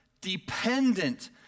dependent